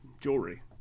jewelry